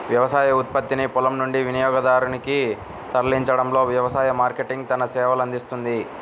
వ్యవసాయ ఉత్పత్తిని పొలం నుండి వినియోగదారునికి తరలించడంలో వ్యవసాయ మార్కెటింగ్ తన సేవలనందిస్తుంది